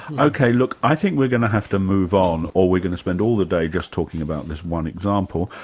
ok look, i think we're going to have to move on or we're going to spend all the day just talking about this one example.